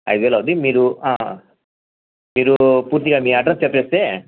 ఐదువేలు అవుద్ది మీరు మీరు పూర్తిగా మీ అడ్రస్ చెప్తే